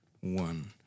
one